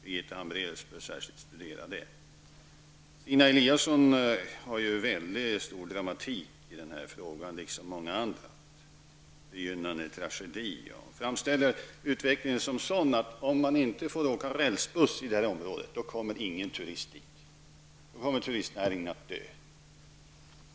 Birgitta Hambraeus bör särskilt studera det. Stina Eliasson lägger väldigt stor dramatik i denna fråga, liksom många andra. Hon talar om begynnande tragedi. Hon framställer utvecklingen som sådan att om man inte får åka rälsbuss i det här området, så kommer inga turister dit. Då kommer turistnäringen att dö.